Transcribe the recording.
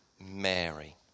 Mary